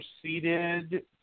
proceeded